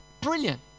Brilliant